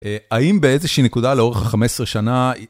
האם באיזושהי נקודה לאורך ה-15 שנה...